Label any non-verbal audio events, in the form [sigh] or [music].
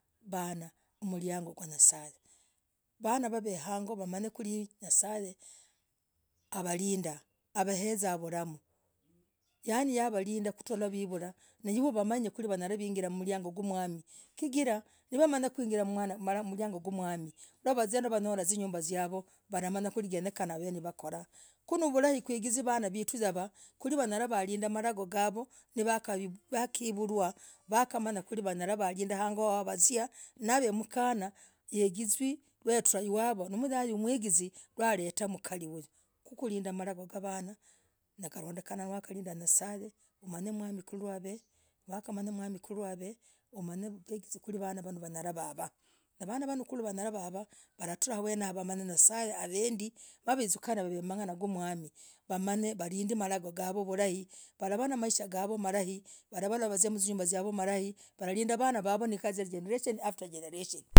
Mbanah. kuliangoo kwa nye'sa [hesitation] vanaaa wav [hesitation] hang'oo wanyan [hesitation] kwiri nye'sa [hesitation] avalindaah havaezah vulamuu yani yavalinda kutrah mwivulah naiv [hesitation] uwamanye kwiri walanyah kuiginah mmliangoo wa mwamii chigirah wakamanyah kukwigira mlangoo mwamii noo wazianawanyolah mzinyumbah ziayoo waramanya kwiri yenyekena nawakorah ku nivurahi'kuigize vaanah vetuu yavah kwiri wanyalah malagoo gavoo no kah no wakaivulwa no wakamanyah kwiri wanyalah nawalindah hongoo halah navemkana igizwe n [hesitation] trash iwawoh no moyai agizwe no aletah mkali uyuu kulindaa malagoo yamkana nakalondekana unalindah yesase umanay [hesitation] kwiri mwamii kwiri av [hesitation] umanye kwihinz [hesitation] vanaaa vanoo kwiri wanyalah vavaa na vanaa vanooh walatra awenayo wamanyane nye'sa [hesitation] avendii vudukaah vesukana wamanyah mang'ana kwa mwamii walind [hesitation] wav [hesitation] malagoo gamwamii walavaa namisha gavoo malai yavaizah mzinyumbah ziayoo malai walindaa vanaa vovoo nikazii ya jenereshen after jenereshen.